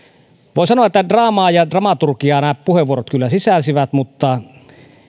voi sanoa että draamaa ja dramaturgiaa nämä puheenvuorot kyllä sisälsivät mutta